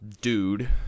dude